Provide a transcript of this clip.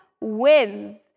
wins